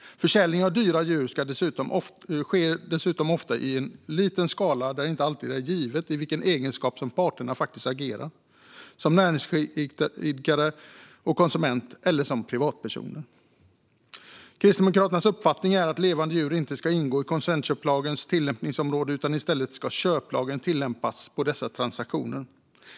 Försäljning av dyra djur sker dessutom ofta i en liten skala där det inte alltid är givet i vilken egenskap parterna agerar, som näringsidkare och konsument eller som privatpersoner. Kristdemokraternas uppfattning är att levande djur inte ska ingå i konsumentköplagens tillämpningsområde utan att köplagen i stället ska tillämpas på dessa transaktioner.